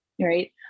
right